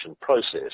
process